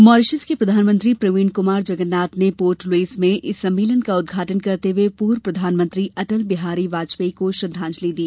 Mauritius के प्रधानमंत्री प्रवीण कुमार जगन्नाथ ने पोर्ट लुईस में इस सम्मेलन का उद्घाटन करते हुए पूर्व प्रधानमंत्री अटल बिहारी वाजपेयी को श्रद्धांजलि दी